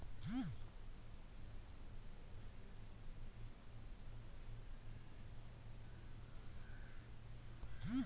credit union account ಉಳಿತಾಯ ಮತ್ತು ಹೂಡಿಕೆಯನ್ನು ಸಹ ಮಾಡಬಹುದು